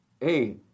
Hey